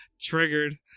Triggered